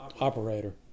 Operator